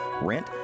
rent